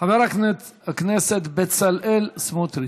חבר הכנסת בצלאל סמוטריץ.